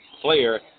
player